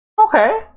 Okay